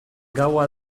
gaua